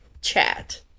chat